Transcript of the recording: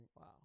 Wow